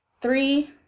three